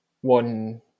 one